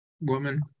woman